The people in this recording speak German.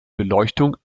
beleuchtung